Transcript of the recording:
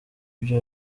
ivyo